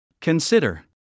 Consider